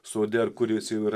sode ar kuris jau yra